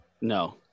No